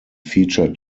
feature